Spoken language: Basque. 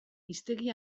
hiztegi